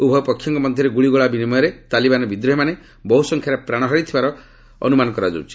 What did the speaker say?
ଉଭୟ ପକ୍ଷଙ୍କ ମଧ୍ୟରେ ଗୁଳିଗୋଳା ବିନିମୟରେ ତାଳିବାନ ବିଦ୍ରୋହୀମାନେ ବହୁସଂଖ୍ୟାରେ ପ୍ରାଣ ହରାଇଥିବାର କୁହାଯାଉଛି